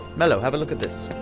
melo, have a look at this